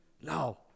Now